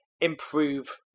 improve